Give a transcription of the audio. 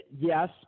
yes